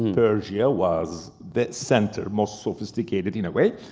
persia was the center, most sophisticated in a way.